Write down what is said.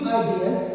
ideas